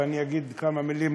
ואני אגיד כמה מילים,